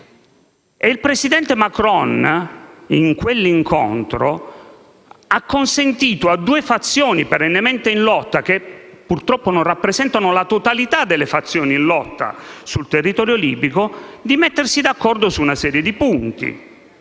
il presidente Macron ha consentito a due fazioni perennemente in lotta, che purtroppo non rappresentano la totalità delle fazioni in lotta sul territorio libico, di mettersi d'accordo su una serie di punti,